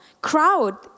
crowd